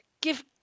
give